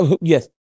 Yes